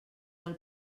del